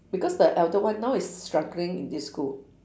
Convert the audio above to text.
because the elder one now is struggling in this school